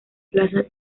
plaza